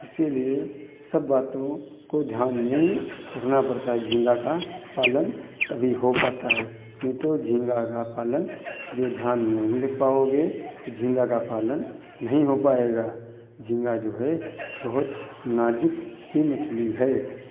इसीलिए सब बातों को ध्यान में रखना पड़ता है झींगा का पालन तभी हो पाता है नहीं तो झींगा का पालन जो ध्यान नहीं रख पाओगे तो झींगा का पालन नहीं हो पाएगा झींगा जो है बहुत नाज़ुक ही मछली है